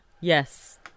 Yes